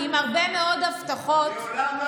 תראו,